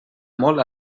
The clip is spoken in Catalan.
molt